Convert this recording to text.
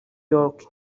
york